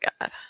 God